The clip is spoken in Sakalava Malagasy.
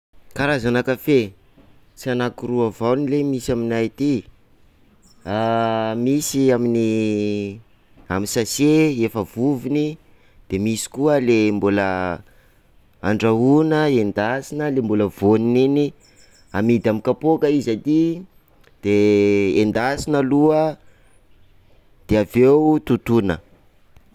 Karazana kafé: tsy anakiroa avao ley misy aminay aty, misy amin'ny amy sase efa vovony, misy koa le mbola andrahoana, endasina le mbola voaniny iny, amidy amin'ny kapoaka izy aty de endasina aloha de avy eo tontoina.